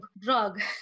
drug